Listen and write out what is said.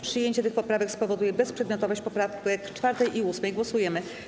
Przyjęcie tych poprawek spowoduje bezprzedmiotowość poprawek 4. i 8. Głosujemy.